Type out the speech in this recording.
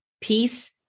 peace